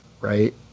right